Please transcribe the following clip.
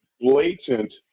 blatant